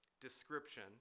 description